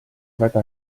väga